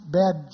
bad